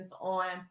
on